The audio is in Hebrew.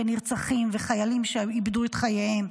של נרצחים ושל חיילים שאיבדו את חייהם,